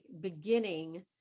beginning